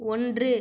ஒன்று